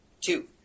two